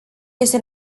este